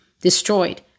destroyed